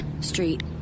Street